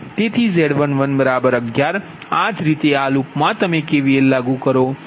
તેથી Z1111 આ જ રીતે આ લૂપમાં તમે KVL લાગુ કરો